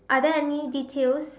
are there any details